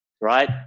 right